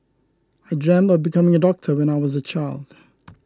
I dreamt of becoming a doctor when I was a child